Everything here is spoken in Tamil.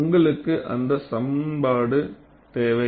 உங்களுக்கு அந்த சமன்பாடு தேவை